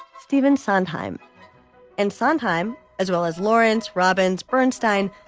stephen sondheim and sondheim, as well as lawrence robbins burnstein.